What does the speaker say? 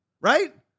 right